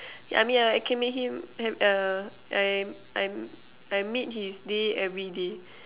ya I mean I can make him have err I I I made his day everyday